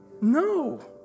No